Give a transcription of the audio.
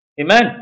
Amen